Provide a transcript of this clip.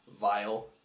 vile